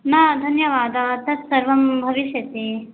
न धन्यवादाः तद्सर्वं भविष्यति